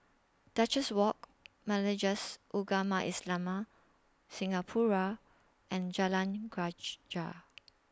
Duchess Walk Majlis Ugama Islam Singapura and Jalan Greja